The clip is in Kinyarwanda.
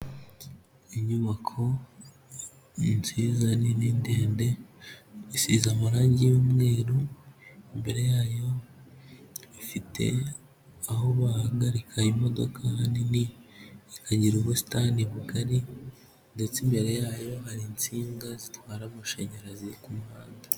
Inyubako nziza nini ndende isize amarangi y'mweru imbere yayo ifite aho bahagarika imodoka ahanini ikagira ubusitani bugari ndetse imbere yayo hari insinga zitwara amashanyarazi ku muhanda.